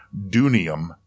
Dunium